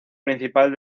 principal